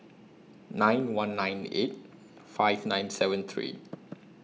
nine one nine eight five nine seven three